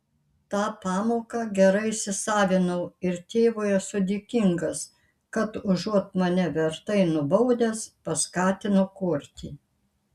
tą pamoką gerai įsisavinau ir tėvui esu dėkingas kad užuot mane vertai nubaudęs paskatino kurti